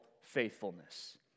faithfulness